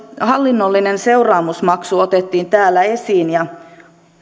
hallinnollinen seuraamusmaksu otettiin täällä esiin ja